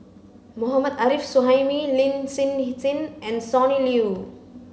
Mohammad Arif Suhaimi Lin Hsin Hsin and Sonny Liew